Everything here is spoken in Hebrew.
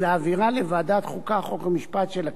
ולהעבירה לוועדת החוקה,